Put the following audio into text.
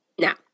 Now